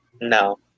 No